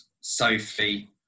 Sophie